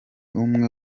umwe